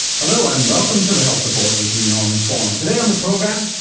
hello and welcome to the health report with me norman swan. today on the program,